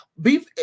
beef